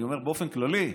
אני אומר באופן כללי: